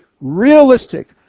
realistic